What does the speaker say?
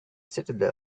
citadel